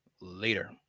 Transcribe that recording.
later